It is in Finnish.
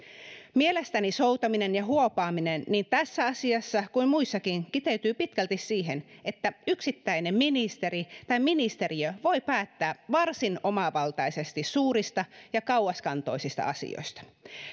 mielestäni soutaminen ja huopaaminen niin tässä asiassa kuin muissakin kiteytyy pitkälti siihen että yksittäinen ministeri tai ministeriö voi päättää varsin omavaltaisesti suurista ja kauaskantoisista asioista